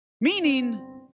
meaning